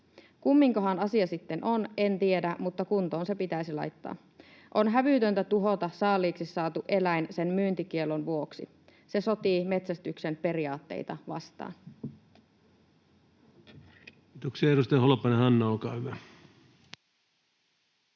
Kumminkohan asia sitten on? En tiedä, mutta kuntoon se pitäisi laittaa. On hävytöntä tuhota saaliiksi saatu eläin sen myyntikiellon vuoksi. Se sotii metsästyksen periaatteita vastaan. [Speech